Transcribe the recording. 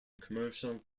commercial